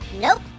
Nope